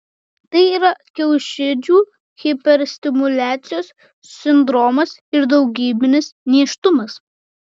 tai yra kiaušidžių hiperstimuliacijos sindromas ir daugybinis nėštumas